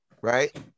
right